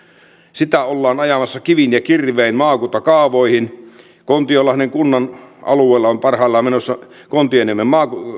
sitä ollaan ajamassa kivin ja kirvein maakuntakaavoihin kontiolahden kunnan alueella on parhaillaan menossa kontioniemen